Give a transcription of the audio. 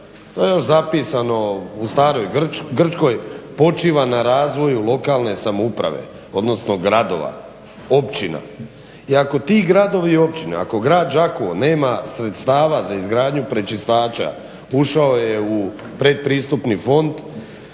to je još zapisano u staroj Grčkoj, počiva na razvoju lokalne samouprave, odnosno gradova, općina. I ako ti gradovi i općine, ako grad Đakovo nema sredstava za izgradnju prečistača, ušao je u pretpristupni fond,